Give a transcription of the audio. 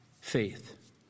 faith